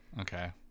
okay